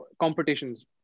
competitions